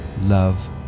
love